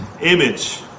image